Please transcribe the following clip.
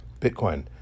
Bitcoin